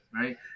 right